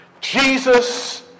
Jesus